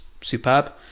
superb